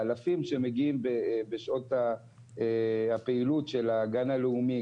אלפים שמגיעים בשעות הפעילות של הגן הלאומי,